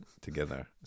together